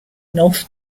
north